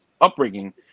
upbringing